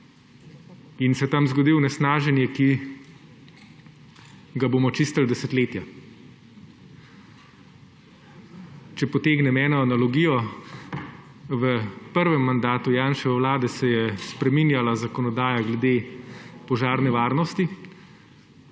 In se tam zgodi onesnaženje, ki ga bomo čistili desetletja. Če potegnem analogijo, v prvem mandatu Janševe vlade se je spreminjala zakonodaja glede požarne varnosti,